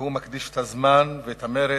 והוא מקדיש את הזמן ואת המרץ,